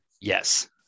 Yes